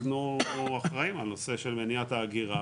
אנחנו אחראים על הנושא של מניעת ההגירה